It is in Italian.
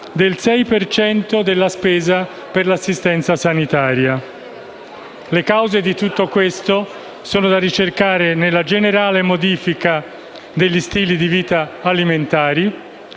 cento della spesa in assistenza sanitaria. Le cause di tutto questo sono da ricercarsi nella generale modifica degli stili di vita alimentari;